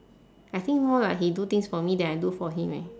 I think more like he do things for me then I do for him eh